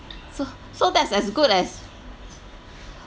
so so that's as good as